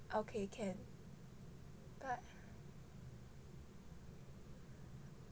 okay can [what]